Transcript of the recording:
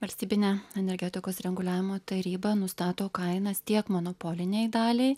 valstybinė energetikos reguliavimo taryba nustato kainas tiek monopolinei daliai